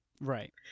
Right